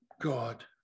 God